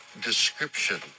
Description